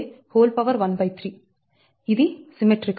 Dca13 ఇది symmetrical